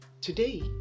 Today